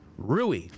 Rui